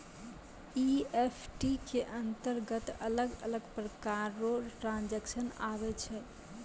EFT के अंतरगत अलग अलग प्रकार रो ट्रांजेक्शन आवै छै